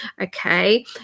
Okay